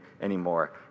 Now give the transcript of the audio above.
anymore